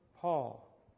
Paul